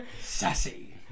Sassy